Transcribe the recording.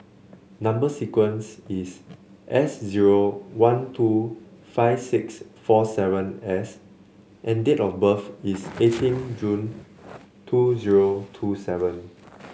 number sequence is S zero one two five six four seven S and date of birth is eighteen June two zero two seven